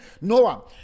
Noah